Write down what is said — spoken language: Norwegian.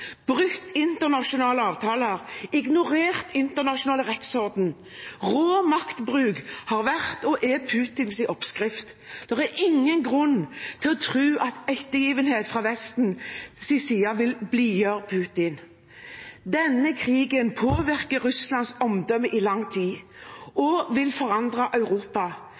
internasjonale avtaler, ignorert internasjonal rettsorden. Rå maktbruk har vært og er Putins oppskrift. Det er ingen grunn til å tro at ettergivenhet fra Vestens side vil blidgjøre Putin. Denne krigen vil påvirke Russlands omdømme i lang tid og vil forandre Europa.